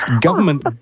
government